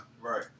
Right